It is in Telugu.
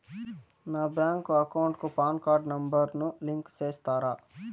నా బ్యాంకు అకౌంట్ కు పాన్ కార్డు నెంబర్ ను లింకు సేస్తారా?